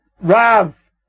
Rav